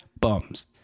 bums